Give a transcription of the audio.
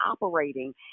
operating